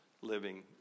living